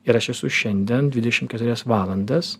ir aš esu šiandien dvidešim keturias valandas